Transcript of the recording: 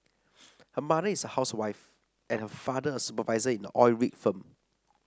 her mother is a housewife and her father a supervisor in an oil rig firm